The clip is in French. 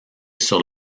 sur